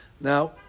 Now